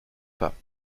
pas